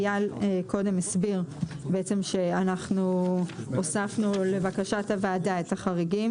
אייל קודם הסביר בעצם שאנחנו הוספנו לבקשת הוועדה את החריגים